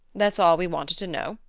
that's all we wanted to know.